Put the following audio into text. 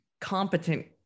competent